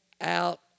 out